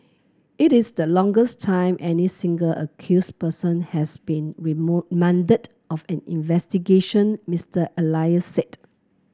it is the time any single accuse person has been of an investigation Mister Elias said